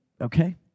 okay